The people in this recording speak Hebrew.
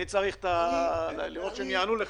אני צריך לראות שהם יענו לך.